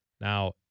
Now